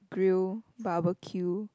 grill barbeque